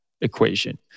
equation